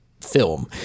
film